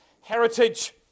heritage